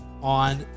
on